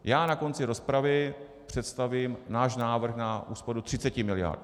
Já na konci rozpravy představím náš návrh na úsporu 30 miliard.